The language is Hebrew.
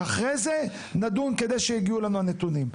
אחרי זה נדון, כדי שיגיעו לנו הנתונים?